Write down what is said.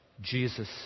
Jesus